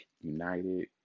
united